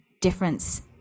difference